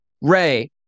Ray